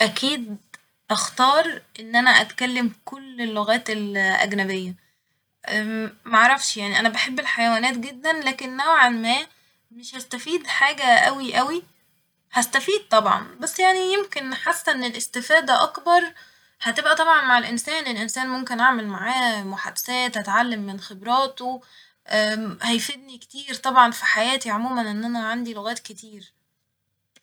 اكيد اختار ان انا اتكلم كل اللغات الاجنبية معرفش يعني انا بحب الحيوانات جدا لكن نوعا ما مش هستفيد حاجة اوي اوي هستفيد طبعا بس يعني يمكن حاسه ان الاستفادة اكبر هتبقى طبعا مع الانسان الانسان ممكن اعمل معاه محادثات اتعلم من خبراته هيفدني كتير طبعا في حياتي عموما ان انا عندي لغات كتير